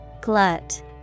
Glut